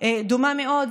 דומה מאוד,